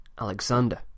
Alexander